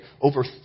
over